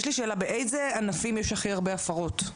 באיזה ענפים יש הכי הרבה הפרות?